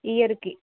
ఇయర్కి